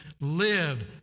live